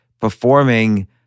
performing